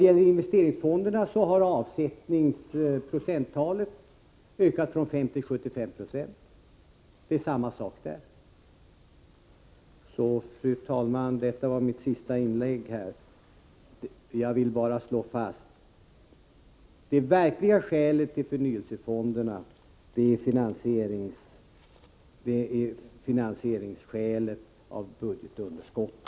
För investeringsfonderna har avsättningsprocenttalet ökat från 50 till 75. Det är samma sak där. Fru talman! Detta är mitt sista inlägg och jag vill bara slå fast: Det verkliga skälet till förnyelsefonderna är finansiering av budgetunderskottet.